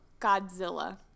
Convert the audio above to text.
Godzilla